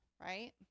right